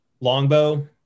longbow